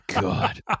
God